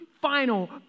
final